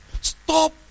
stop